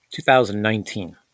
2019